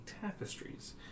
tapestries